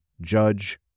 judge